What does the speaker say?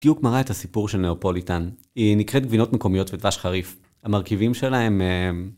פיוק מראה את הסיפור של ניאופוליטן, היא נקראת גבינות מקומיות ודבש חריף. המרכיבים שלה הם...